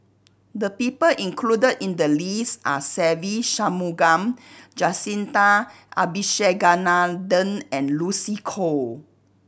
the people included in the list are Se Ve Shanmugam Jacintha Abisheganaden and Lucy Koh